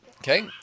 Okay